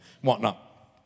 whatnot